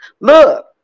look